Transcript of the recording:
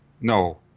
no